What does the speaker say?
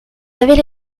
avait